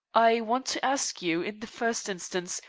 i want to ask you, in the first instance,